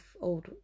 old